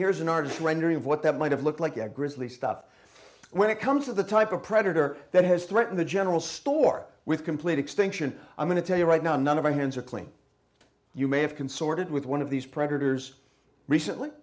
here's an artist's rendering of what that might have looked like a grisly stuff when it comes to the type of predator that has threatened the general store with complete extinction i'm going to tell you right now none of our hands are clean you may have consorted with one of these predators recently